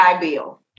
Bill